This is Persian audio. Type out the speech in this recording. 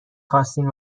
خواستین